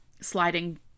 sliding